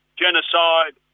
genocide